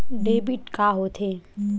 Debit का होथे?